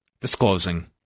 disclosing